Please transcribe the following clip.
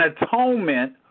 atonement